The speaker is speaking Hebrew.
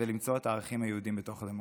ולמצוא את הערכים היהודיים בתוך הדמוקרטיה.